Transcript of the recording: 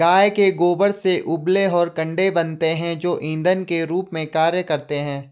गाय के गोबर से उपले और कंडे बनते हैं जो इंधन के रूप में कार्य करते हैं